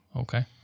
Okay